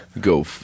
Go